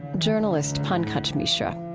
journalist pankaj mishra.